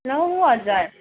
लौ हजुर